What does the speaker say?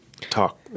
talk